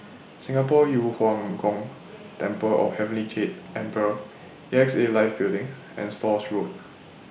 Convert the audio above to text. Singapore Yu Huang Gong Temple of Heavenly Jade Emperor A X A Life Building and Stores Road